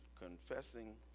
confessing